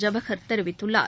ஜவஹர் தெரிவித்துள்ளார்